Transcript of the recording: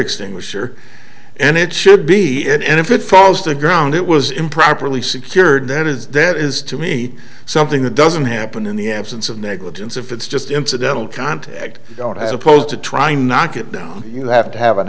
extinguisher and it should be it and if it falls to the ground it was improperly secured that is that is to me something that doesn't happen in the absence of negligence if it's just incidental contact as opposed to try knock it down you have to have an